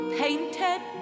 painted